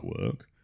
work